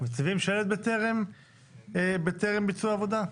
שלט בטרם ביצוע העבודה?